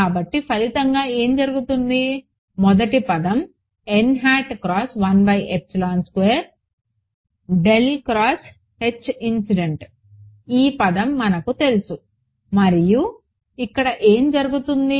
కాబట్టి ఫలితంగా ఏమి జరుగుతుంది మొదటి పదం ఈ పదం మనకు తెలుసు మరియు ఇక్కడ ఏమి జరుగుతుంది